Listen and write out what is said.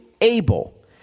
able